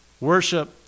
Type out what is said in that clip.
Worship